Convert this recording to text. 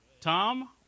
Tom